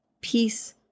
peace